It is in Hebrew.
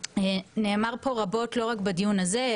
נאמר פה רבות ולא רק בדיון הזה,